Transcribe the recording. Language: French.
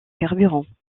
carburants